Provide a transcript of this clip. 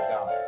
God